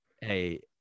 Hey